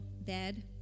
bed